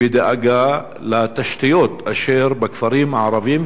בדאגה לתשתיות אשר בכפרים הערביים,